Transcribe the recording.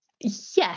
Yes